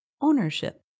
ownership